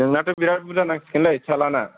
नोंनाथ' बिराट बुरजा नांसिगोनलै चालाना